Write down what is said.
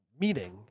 meaning